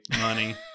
money